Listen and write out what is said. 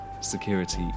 security